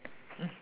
mm